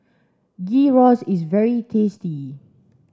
Gyros is very tasty